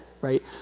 right